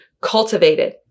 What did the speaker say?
cultivated